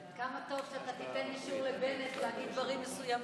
כמה טוב שאתה תיתן אישור לבנט להגיד דברים מסוימים,